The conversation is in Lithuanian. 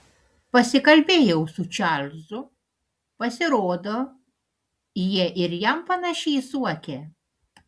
pasikalbėjau su čarlzu pasirodo jie ir jam panašiai suokia